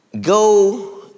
Go